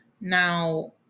now